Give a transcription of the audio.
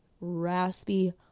raspy